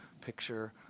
picture